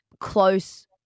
close